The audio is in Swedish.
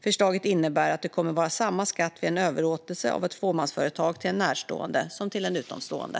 Förslaget innebär att det kommer att vara samma skatt vid en överlåtelse av ett fåmansföretag till en närstående som till en utomstående.